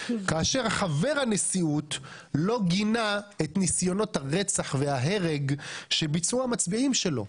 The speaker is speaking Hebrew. כאשר חבר הנשיאות לא גינה את ניסיונות הרצח וההרג שביצעו המצביעים שלו.